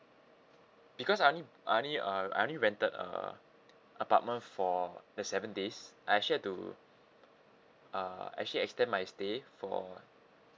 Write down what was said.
because I only I only uh I only rented a apartment for the seven days I actually had to uh actually extend my stay for